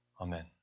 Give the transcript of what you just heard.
Amen